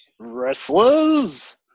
Wrestlers